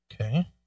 Okay